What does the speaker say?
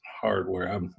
hardware